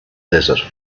desert